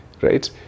right